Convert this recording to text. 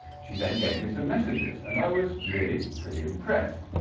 she then gave me some messages, and i was really pretty impressed